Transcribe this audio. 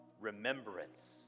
remembrance